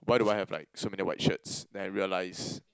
why do I have like so many white shirts then I realize